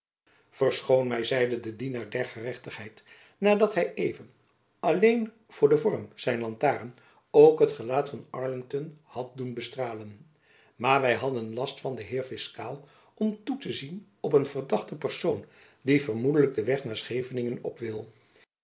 verschoon my zeide de dienaar der gerechtigheid nadat hy even alleen voor den vorm zijn lantaarn ook het gelaat van arlington had doen bestralen maar wy hadden last van den heer fiskaal om toe te zien op een verdachte persoon die vermoedelijk den weg naar scheveningen op wi